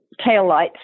taillights